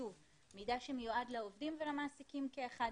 שוב, מידע שמיועד לעובדים ולמעסיקים כאחד.